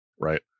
right